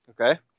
Okay